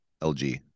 LG